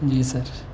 جی سر